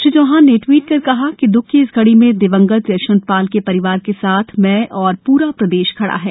श्री चौहान ने ट्वीट कर कहा द्रख की इस घड़ी में दिवंगत यशवंत पाल के परिवार के साथ मैं और पूरा प्रदेश खड़ा है